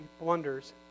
blunders